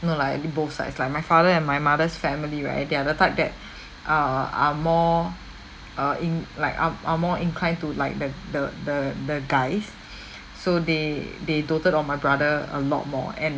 no lah I think both sides like my father and my mother's family right they are the type that err are more uh inc~ like are are more inclined to like the the the the guys so they they doted on my brother a lot more and